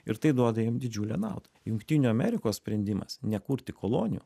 ir tai duoda jiem didžiulę naudą jungtinių amerikos sprendimas nekurti kolonijų